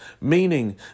meaning